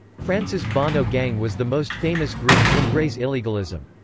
france's bonnot gang was the most famous group to embrace illegalism.